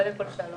קודם כל שלום.